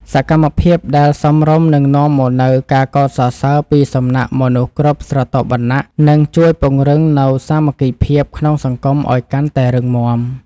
សកម្មភាពដែលសមរម្យនឹងនាំមកនូវការកោតសរសើរពីសំណាក់មនុស្សគ្រប់ស្រទាប់វណ្ណៈនិងជួយពង្រឹងនូវសាមគ្គីភាពក្នុងសង្គមឱ្យកាន់តែរឹងមាំ។